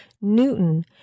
Newton